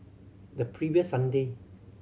the previous Sunday